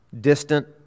distant